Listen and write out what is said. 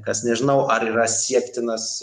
kas nežinau ar yra siektinas